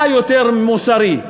מה יותר מוסרי,